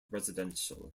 residential